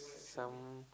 some